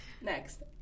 Next